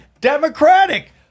Democratic